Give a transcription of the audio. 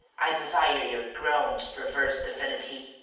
i desire your groans, perverse divinity.